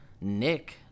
Nick